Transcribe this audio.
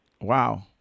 Wow